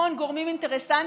המון גורמים אינטרסנטיים,